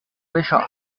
pêcha